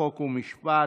חוק ומשפט.